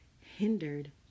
hindered